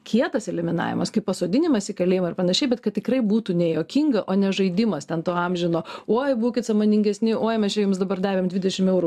kietas eliminavimas kaip pasodinimas į kalėjimą ir panašiai bet kad tikrai būtų nejuokinga o ne žaidimas ten to amžino oi būkit sąmoningesni oi mes čia jums dabar davėm dvidešim eurų